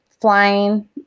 flying